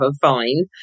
fine